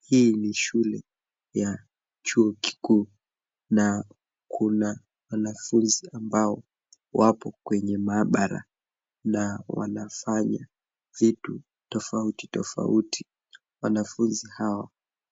Hii ni shule ya chuo kikuu na kuna wanafunzi ambao wapo kwenye maabara na wanafanya vitu tofauti tofauti. Wanafunzi hao